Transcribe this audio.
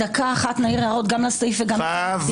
לדקה אחת נעיר הערות גם לסעיף וגם הצהרות פתיחה?